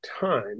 time